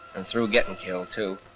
and through gettin' killed too.